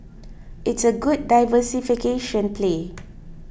it's a good diversification play